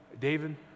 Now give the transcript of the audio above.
David